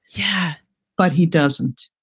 yeah but he doesn't.